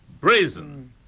brazen